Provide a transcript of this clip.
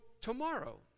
tomorrow